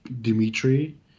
Dimitri